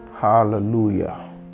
hallelujah